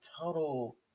total